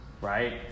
right